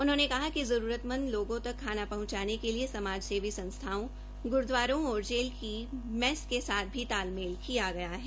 उन्होंने कहा कि जरूरतमंद लोगों तक खाना पहुंचाने के लिए समाज सेवी संस्थाओं गुरूद्वारों और जेल की मैस के साथ भी तालमेल किया गया है